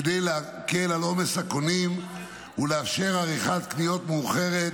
כדי להקל את עומס הקונים ולאפשר עריכת קניות מאוחרת